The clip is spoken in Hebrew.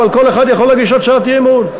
אבל כל אחד יכול להגיש הצעת אי-אמון.